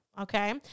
Okay